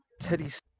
Teddy's